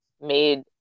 made